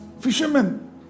fishermen